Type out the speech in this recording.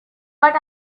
but